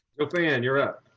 okay, and you're up.